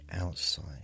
outside